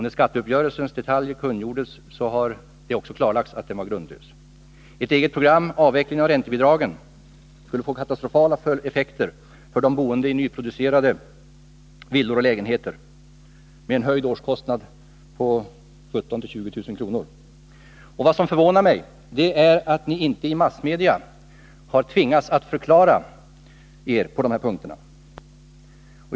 När skatteuppgörelsens detaljer kungjordes klarlades det också att den var grundlös. Ert eget program, avveckling av räntebidragen, skulle få katastrofala effekter för de boende i nyproducerade villor och lägenheter — en höjning av årskostnaden på 17 000-20 000 kr. Vad som förvånar mig är att ni inte i massmedia har tvingats förklara er på de här punkterna.